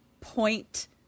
point